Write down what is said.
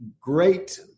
great